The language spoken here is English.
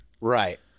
Right